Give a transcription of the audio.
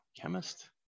chemist